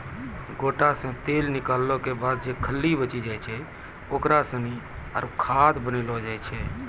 गोटा से तेल निकालो के बाद जे खल्ली बची जाय छै ओकरा सानी आरु खाद बनैलो जाय छै